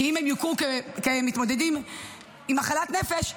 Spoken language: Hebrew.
כי אם הם יוכרו כמתמודדים עם מחלת נפש,